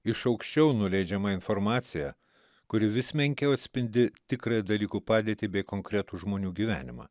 iš aukščiau nuleidžiama informacija kuri vis menkiau atspindi tikrąją dalykų padėtį bei konkretų žmonių gyvenimą